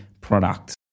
product